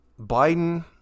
Biden